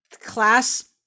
class